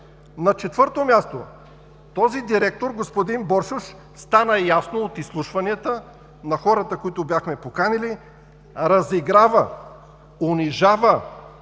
На четвърто място. Този директор, господин Боршош – стана ясно от изслушванията на хората, които бяхме поканили, разиграва, унижава